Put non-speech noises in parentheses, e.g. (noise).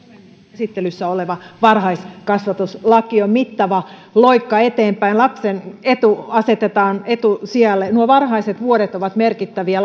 käsittelyssä oleva varhaiskasvatuslaki on mittava loikka eteenpäin lapsen etu asetetaan etusijalle nuo varhaiset vuodet ovat merkittäviä (unintelligible)